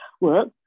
work